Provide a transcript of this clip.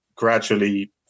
gradually